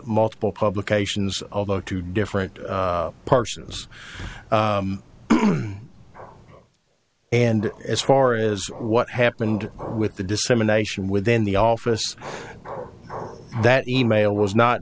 multiple publications although two different parsons and as far as what happened with the dissemination within the office that e mail was not